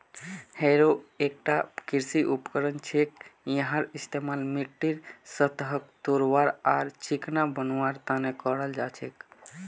harrow एकता कृषि उपकरण छिके यहार इस्तमाल मिट्टीर सतहक तोड़वार आर चिकना करवार तने कराल जा छेक